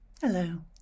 Hello